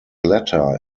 letter